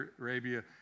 Arabia